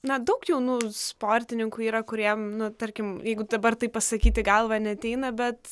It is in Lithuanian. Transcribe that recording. na daug jaunų sportininkų yra kuriem nu tarkim jeigu dabar tai pasakyti į galvą neateina bet